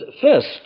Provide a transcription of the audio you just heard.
first